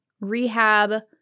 rehab